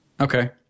Okay